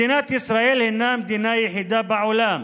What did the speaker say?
מדינת ישראל הינה המדינה היחידה בעולם